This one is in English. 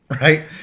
right